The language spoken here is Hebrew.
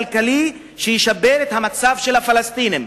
כלכלי שישפר את המצב של הפלסטינים.